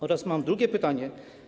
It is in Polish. Oraz mam drugie pytanie.